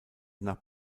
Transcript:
nach